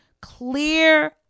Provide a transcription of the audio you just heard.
clear